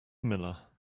miller